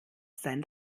sein